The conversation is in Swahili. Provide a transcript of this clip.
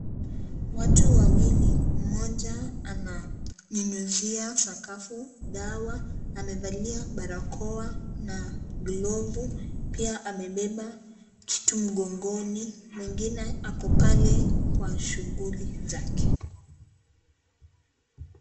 Watu wawili, mmoja ananyunyuzia sakafu dawa, amevalia barakoa na glovu pia amebeba kitu mgongoni, mwingine ako pale kwa shuguli zake.